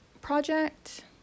Project